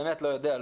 אני באמת לא יודע.